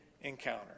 encounter